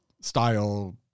style